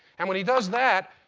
and when he does that,